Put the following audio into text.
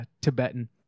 Tibetan